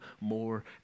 more